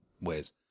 ways